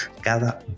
cada